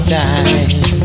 time